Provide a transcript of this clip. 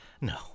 No